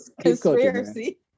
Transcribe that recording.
Conspiracy